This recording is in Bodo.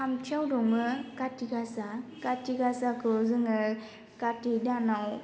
थामथियाव दङो खाथि गासा खाथि गासाखौ जोङो कार्तिक दानआव